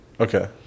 Okay